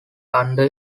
under